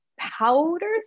Powders